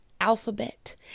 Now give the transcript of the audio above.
alphabet